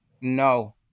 no